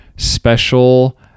special